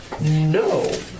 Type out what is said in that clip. No